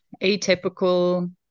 atypical